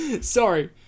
Sorry